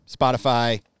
Spotify